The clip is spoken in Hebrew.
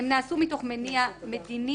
"הם נעשו מתוך מניע מדיני,